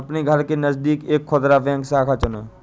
अपने घर के नजदीक एक खुदरा बैंक शाखा चुनें